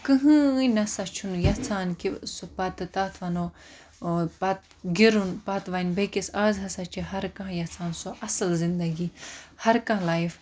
کٕہٕینۍ یَنا چھُ نہٕ یَژھان کہِ سُہ پَتہٕ تَتھ وَنو پَتہٕ گِرُن پَتہٕ وَنہِ بیٚکِس آز ہَسا چھُ ہر کانٛہہ یَژھان سۄ اصل زِنٛدَگی ہَر کانٛہہ لایِف